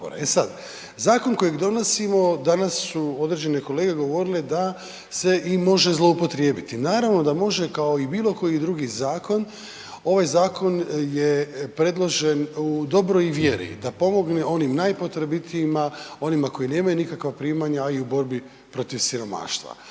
E sad, zakon kojeg donosimo danas su određene kolege govorile da se može i zloupotrijebiti. Naravno da može kao i bilo koji drugi zakon. Ovaj zakon je predložen u dobroj vjeri da pomogne onim najpotrebitijima, onima koji nemaju nikakva primanja, a i u borbi protiv siromaštva.